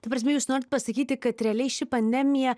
ta prasme jūs norit pasakyti kad realiai ši pandemija